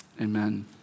amen